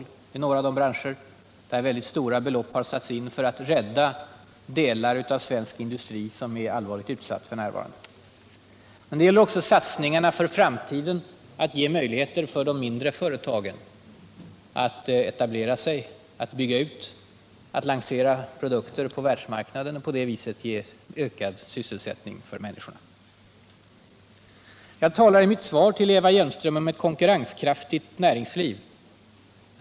Det är några av de branscher som mycket stora belopp satsats på för att rädda delar av den svenska industrin som f. n. är allvarligt utsatta. Det gäller också satsningarna för framtiden — att ge de mindre företagen möjligheter att etablera sig, bygga ut och lansera produkter på världsmarknaden så att de ger ökad sysselsättning. Jag talar i mitt svar till Eva Hjelmström om ett konkurrenskraftigt Nr 44 näringsliv.